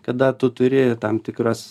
kada tu turi tam tikras